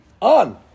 on